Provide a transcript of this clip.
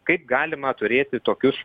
kaip galima turėti tokius